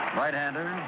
right-hander